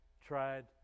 tried